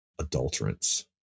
adulterants